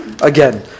again